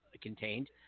contained